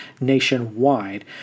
nationwide